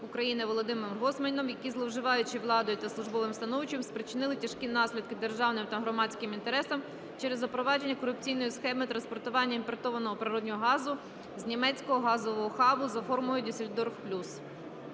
України Володимиром Гройсманом, які, зловживаючи владою та службовим становищем, спричинили тяжкі наслідки державним та громадським інтересам через запровадження корупційної схеми транспортування імпортованого природного газу з німецького газового хабу за формулою "Дюссельдорф плюс".